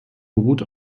beruht